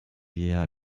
hierher